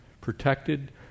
Protected